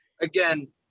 Again